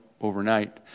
overnight